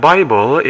Bible